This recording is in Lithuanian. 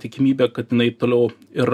tikimybė kad jinai toliau ir